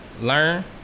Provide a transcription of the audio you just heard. learn